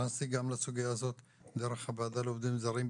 נכנסתי גם לסוגיה הזאת דרך הוועדה לעובדים זרים.